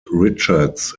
richards